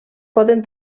poden